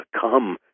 Come